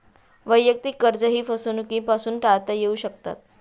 वैयक्तिक कर्जेही फसवणुकीपासून टाळता येऊ शकतात